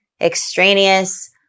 extraneous